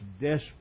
desperate